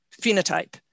phenotype